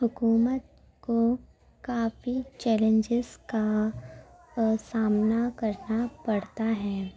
حکومت کو کافی چیلنجز کا سامنا کرنا پڑتا ہے